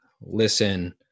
listen